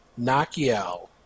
Nakiel